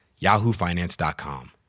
yahoofinance.com